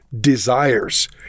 desires